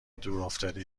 دورافتاده